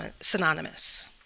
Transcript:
synonymous